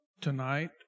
tonight